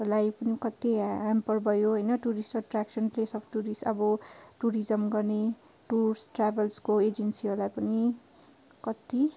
लाई कति हेम्पर भयो होइन tourist attraction place of tourist अब टुरिजम गर्ने टुर्स ट्रेभ्लसको एजेन्सिजहरूलाई पनि कति